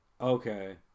Okay